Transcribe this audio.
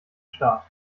staat